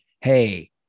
hey